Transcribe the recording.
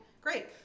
great